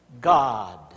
God